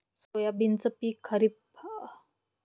सोयाबीनचं पिक खरीप अस रब्बी दोनी हंगामात घेता येईन का?